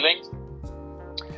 feelings